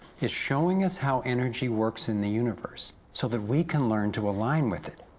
is showing us how energy works in the universe, so that we can learn to align with it.